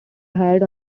hired